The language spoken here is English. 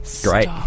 Great